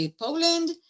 Poland